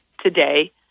today